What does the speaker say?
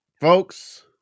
Folks